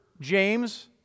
James